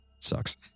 Sucks